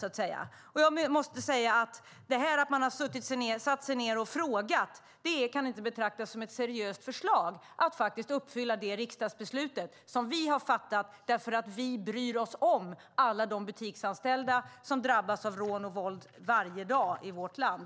Att man har satt sig ned och frågat kan inte betraktas som ett seriöst sätt att uppfylla det riksdagsbeslut som vi har fattat därför att vi bryr oss om alla de butiksanställda som drabbas av rån och våld varje dag i vårt land.